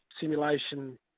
simulation